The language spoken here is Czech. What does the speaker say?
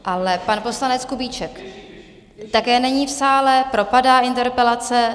Ale pan poslanec Kubíček také není v sále, propadá interpelace.